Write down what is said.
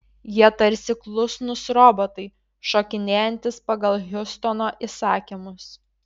jie tarsi klusnūs robotai šokinėjantys pagal hiustono įsakymus